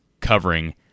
covering